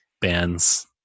bands